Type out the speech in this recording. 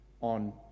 on